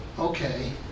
okay